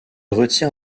retire